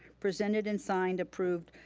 presented and signed, approved,